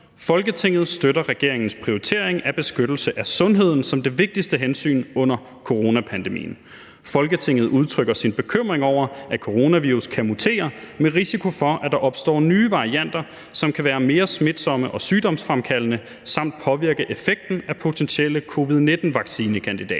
»Folketinget støtter regeringens prioritering af beskyttelse af sundheden som det vigtigste hensyn under coronapandemien. Folketinget udtrykker sin bekymring over, at coronavirus kan mutere med risiko for, at der opstår nye varianter, som kan være mere smitsomme og sygdomsfremkaldende samt påvirke effekten af potentielle covid-19-vaccinekandidater.